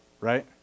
Right